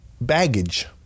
baggage